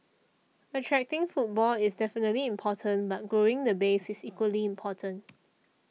attracting footfall is definitely important but growing the base is equally important